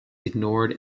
ignored